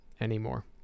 anymore